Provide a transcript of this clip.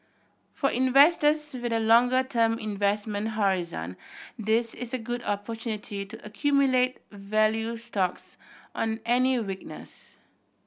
for investors with a longer term investment horizon this is a good opportunity to accumulate value stocks on any weakness